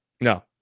No